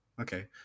okay